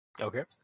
Okay